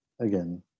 again